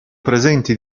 presenti